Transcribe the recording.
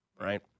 right